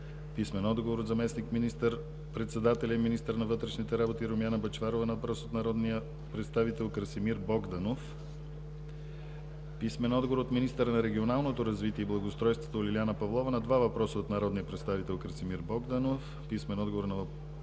писмен отговор от заместник министър-председателя и министър на вътрешните работи Румяна Бъчварова на въпрос от народния представител Красимир Богданов; - писмен отговор от министъра на регионалното развитие и благоустройството Лиляна Павлова на два въпроса от народния представител Красимир Богданов; - писмен отговор от